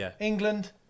England